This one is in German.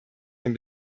den